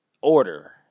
order